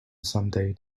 someday